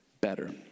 better